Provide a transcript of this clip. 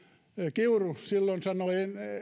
kiuru sanoi